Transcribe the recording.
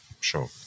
sure